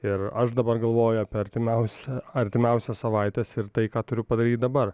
ir aš dabar galvoju apie artimiausią artimiausias savaites ir tai ką turiu padaryt dabar